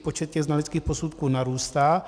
Počet znaleckých posudků narůstá.